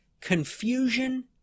confusion